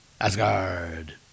Asgard